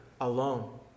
alone